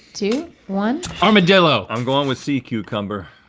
two, one. armadillo. i'm going with sea cucumber.